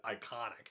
iconic